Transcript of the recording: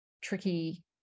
tricky